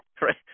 right